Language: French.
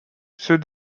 ceux